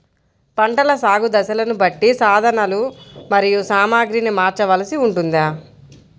పంటల సాగు దశలను బట్టి సాధనలు మరియు సామాగ్రిని మార్చవలసి ఉంటుందా?